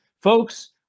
folks